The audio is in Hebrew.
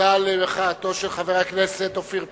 תודה למחאתו של חבר הכנסת אופיר פינס.